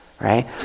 right